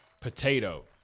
Potato